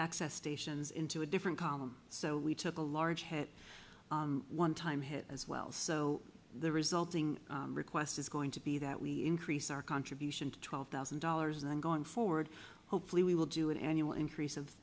access stations into a different column so we took a large hit one time hit as well so the resulting request is going to be that we increase our contribution to twelve thousand dollars then going forward hopefully we will do an annual increase of